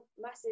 massive